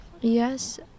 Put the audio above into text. Yes